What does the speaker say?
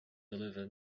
deliver